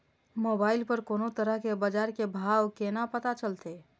Mobile पर कोनो तरह के बाजार के भाव केना पता चलते?